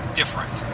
different